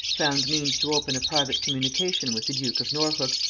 found means to open a private communication with the duke of norfolk,